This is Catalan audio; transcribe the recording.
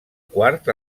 quart